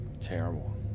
terrible